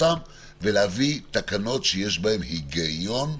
ולהביא תקנות שיש בהן היגיון,